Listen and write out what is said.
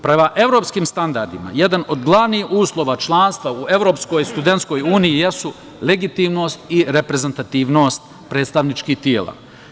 Prema evropskim standardima jedan od glavnih uslova članstva u Evropskoj studentskoj uniji jesu legitimnost i reprezentativnost predstavničkih tela.